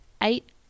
eight